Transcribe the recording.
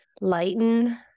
lighten